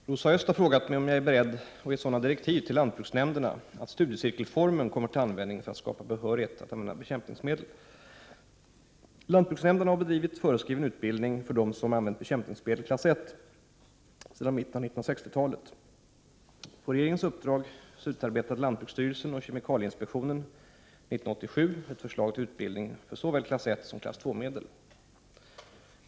Herr talman! Rosa Östh har frågat mig om jag är beredd att ge sådana direktiv till lantbruksnämnderna att studiecirkelformen kommer till användning för att skapa behörighet att använda bekämpningsmedel. Lantbruksnämnderna har bedrivit föreskriven utbildning för dem som använt bekämpningsmedel klass 1 sedan mitten av 1960-talet. På regeringens uppdrag utarbetade lantbruksstyrelsen och kemikalieinspektionen 1987 ett förslag till utbildning för såväl klass 1 som klass 2-medel.